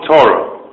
Torah